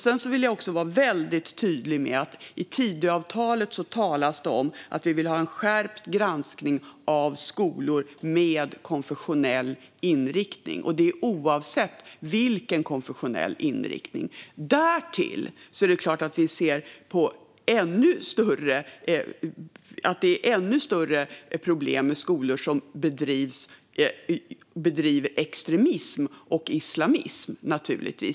Jag vill också vara väldigt tydlig med att det i Tidöavtalet talas om att vi vill ha en skärpt granskning av skolor med konfessionell inriktning oavsett vilken konfessionell inriktning det är. Därtill ser vi naturligtvis att det är ännu större problem med skolor som bedriver extremism och islamism.